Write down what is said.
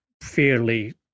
fairly